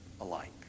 alike